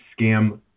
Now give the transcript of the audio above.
scam